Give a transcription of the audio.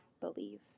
believe